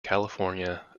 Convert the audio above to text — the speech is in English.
california